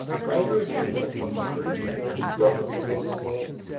by the agreement of the three females who governed the roman world,